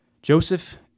Joseph